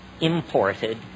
imported